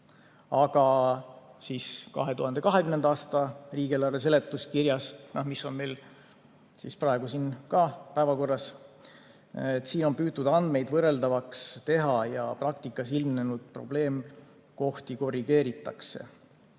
Aga 2022. aasta riigieelarve seletuskirjas, mis on meil praegu siin päevakorral, on püütud andmeid võrreldavaks teha ja praktikas ilmnenud probleemkohti korrigeeritakse.